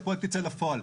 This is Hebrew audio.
שהפרויקט יצא לפועל.